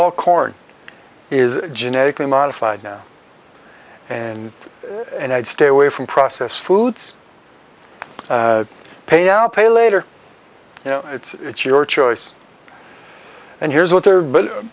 all corn is genetically modified now and and i'd stay away from processed foods pay out pay later you know it's your choice and here's what they are but